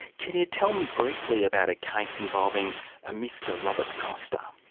can you tell me briefly about a case involving ah mr robert costa?